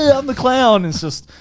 ah i'm the clown! it's just,